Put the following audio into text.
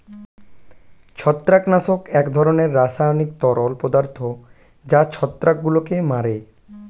ছত্রাকনাশক এক ধরনের রাসায়নিক তরল পদার্থ যা ছত্রাকগুলোকে মারে